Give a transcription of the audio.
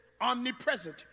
omnipresent